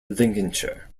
lincolnshire